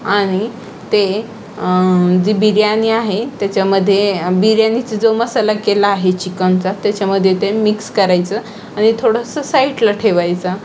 आणि ते जी बिर्याणी आहे त्याच्यामध्ये बिर्याणीचा जो मसाला केला आहे चिकनचा त्याच्यामध्ये ते मिक्स करायचं आणि थोडंसं साईटला ठेवायचा